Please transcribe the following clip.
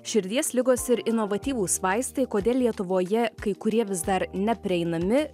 širdies ligos ir inovatyvūs vaistai kodėl lietuvoje kai kurie vis dar neprieinami